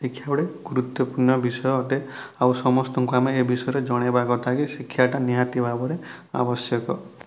ଶିକ୍ଷା ଗୋଟେ ଗୁରୁତ୍ତ୍ୱପୁର୍ଣ୍ଣ ବିଷୟ ଅଟେ ଆଉ ସମସ୍ତଙ୍କୁ ଆମେ ଏ ବିଷୟରେ ଜଣେଇବା କଥା କି ଶିକ୍ଷାଟା ନିହାତି ଭାବରେ ଆବଶ୍ୟକ